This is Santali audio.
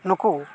ᱱᱩᱠᱩ